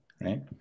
right